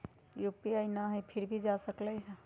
UPI न हई फिर भी जा सकलई ह?